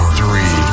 three